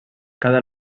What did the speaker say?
cada